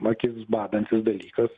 akis badantis dalykas